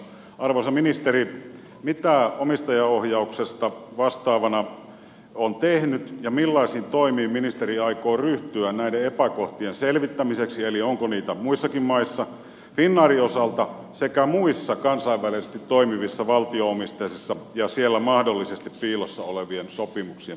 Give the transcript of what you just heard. arvoisa ministeri mitä omistajaohjauksesta vastaavana olette tehnyt ja millaisiin toimiin ministeri aikoo ryhtyä näiden epäkohtien selvittämiseksi eli onko niitä muissakin maissa finnairin osalta sekä muissa kansainvälisesti toimivissa valtio omisteisissa yhtiöissä ja siellä mahdollisesti piilossa olevien sopimuksien paljastamiseksi